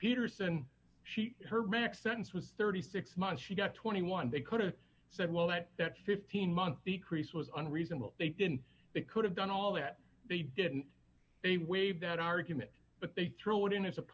peterson she her back sentence was thirty six months she got twenty one dollars they could've said well at that fifteen month the crease was unreasonable they didn't they could have done all that they didn't they waive that argument but they threw it in